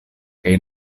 kaj